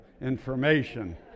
information